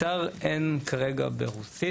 באתר אין כרגע ברוסית.